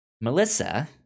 Melissa